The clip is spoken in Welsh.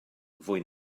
fwy